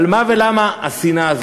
על מה ולמה השנאה הזאת?